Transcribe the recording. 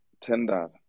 tender